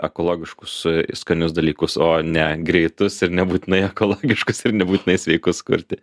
ekologiškus skanius dalykus o ne greitus ir nebūtinai ekologiškus ir nebūtinai sveikus kurti